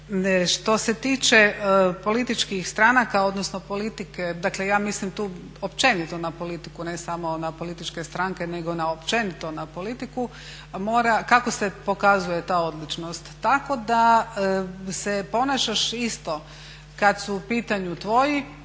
Što se tiče političkih stranka, odnosno politike, dakle ja mislim tu općenito na politiku ne samo na političke stranke nego općenito na politiku, mora, kako se pokazuje ta odličnost, tako da se ponašaš isto kad su u pitanju tvoji